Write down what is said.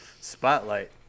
Spotlight